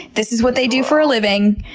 this is what they do for a living.